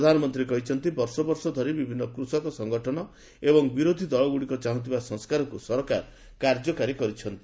ପ୍ରଧାନମନ୍ତ୍ରୀ କହିଛନ୍ତି ବର୍ଷ ବର୍ଷ ଧରି ବିଭିନ୍ନ କୃଷକ ସଙ୍ଗଠନ ଏବଂ ବିରୋଧୀ ଦଳଗୁଡ଼ିକ ଚାହୁଁଥିବା ସଂସ୍କାରକୁ ସରକାର କାର୍ଯ୍ୟକାରୀ କରିଛନ୍ତି